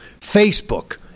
Facebook